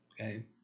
Okay